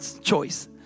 choice